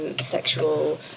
sexual